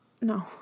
No